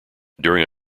during